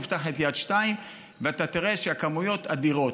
תפתח את יד 2 ואתה תראה שהכמויות אדירות.